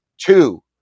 Two